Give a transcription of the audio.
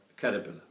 Caterpillar